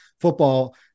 football